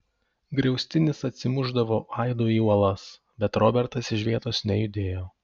griaustinis atsimušdavo aidu į uolas bet robertas iš vietos nejudėjo